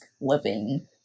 living